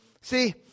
See